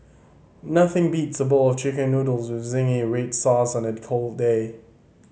nothing beats a bowl of Chicken Noodles with zingy red sauce on a cold day